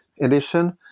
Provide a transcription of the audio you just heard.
edition